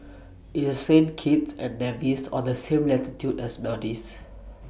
IS Saint Kitts and Nevis on The same latitude as Maldives